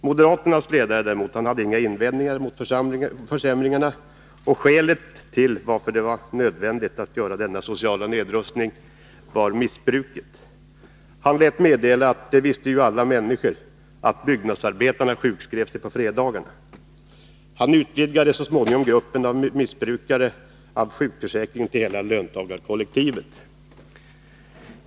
Moderaternas ledare hade däremot inga invändningar mot försämringarna, och skälet till att det var nödvändigt att genomföra denna sociala nedrustning var enligt honom missbruket. Han lät meddela att ”det visste ju alla människor, att byggnadsarbetarna sjukskrev sig på fredagarna”. Han utvidgade så småningom gruppen av missbrukare av sjukförsäkringen till hela löntagarkollektivet.